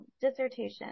dissertation